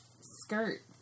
skirt